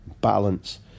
balance